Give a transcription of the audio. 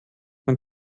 man